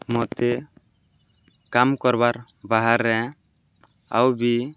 ମତେ କାମ୍ କର୍ବାର୍ ବାହାର୍ରେ ଆଉ ବି